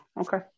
okay